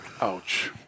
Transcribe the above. ouch